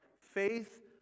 Faith